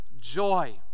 joy